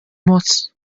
muss